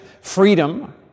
freedom